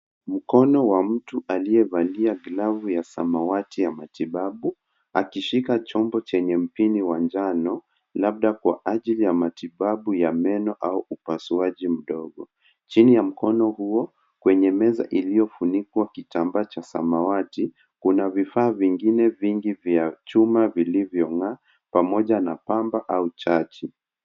Mkono wa mtu aliyevalia glovu ya samawati ya matibabu, akishika chombo chenye mpini wa njano, labda kwa ajili ya matibabu ya meno au upasuaji mdogo. Chini ya mkono huo, kwenye meza iliyofunikwa kitambaa cha samawati, kuna vifaa vingine vingi vya chuma vilivyong’aa pamoja na pamba au chachi.